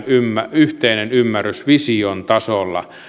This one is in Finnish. yhteinen ymmärrys vision tasolla